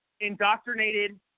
indoctrinated